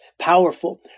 powerful